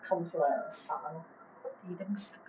他们 flirts eden's trip